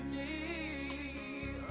a